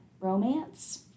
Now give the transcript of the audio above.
romance